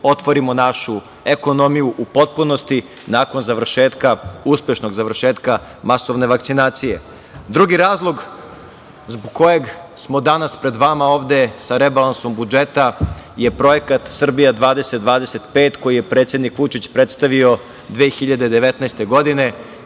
otvorimo našu ekonomiju u potpunosti nakon uspešnog završetka masovne vakcinacije. Drugi razlog zbog kojeg smo danas pred vama ovde sa rebalansom budžeta je projekat „Srbija 2025“ koji je predsednik Vučić predstavio 2019. godine.